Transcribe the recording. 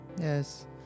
Yes